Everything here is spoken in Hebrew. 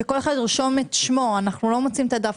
כשיש משהו שאת לא יכולה להעביר את שמה את זה עם דברים